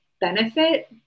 benefit